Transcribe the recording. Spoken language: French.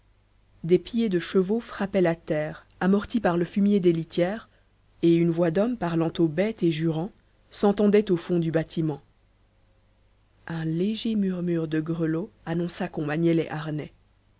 des pieds de chevaux frappaient la terre amortis par le fumier des litières et une voix d'homme parlant aux bêtes et jurant s'entendait au fond du bâtiment un léger murmure de grelots annonça qu'on maniait les harnais